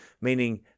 meaning